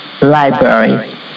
library